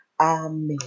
Amen